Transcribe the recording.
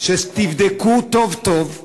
שתבדקו טוב-טוב,